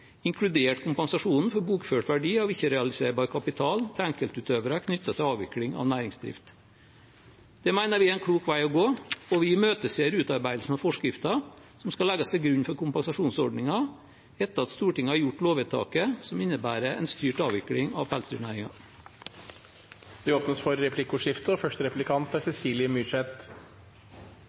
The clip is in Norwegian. inkludert kompensasjonen for bokført verdi av ikke-realiserbar kapital, til enkeltutøvere knyttet til avvikling av næringsdriften.» Det mener vi er en klok vei å gå, og vi imøteser utarbeidelsen av forskriften, som skal legges til grunn for kompensasjonsordningen etter at Stortinget har fattet lovvedtaket som innebærer en styrt avvikling av pelsdyrnæringen. Det blir replikkordskifte. I Kristelig Folkeparti liker man å snakke om nestekjærlighet. Det sier man er